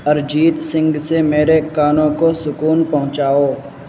ارجیت سنگھ سے میرے کانوں کو سکون پہنچاؤ